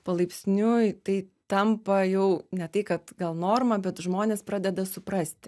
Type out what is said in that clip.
palaipsniui tai tampa jau ne tai kad gal norma bet žmonės pradeda suprasti